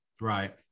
Right